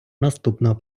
наступного